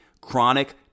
chronic